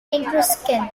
etruscan